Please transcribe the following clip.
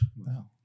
Wow